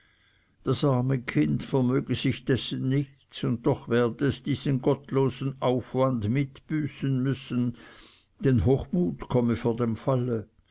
das arme kind vermöge sich dessen nichts und doch werde es diesen gottlosen aufwand mitbüßen müssen denn hochmut komme vor dem falle